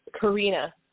Karina